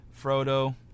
Frodo